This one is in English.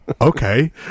okay